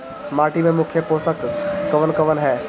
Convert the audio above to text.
माटी में मुख्य पोषक कवन कवन ह?